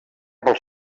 pels